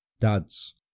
Dads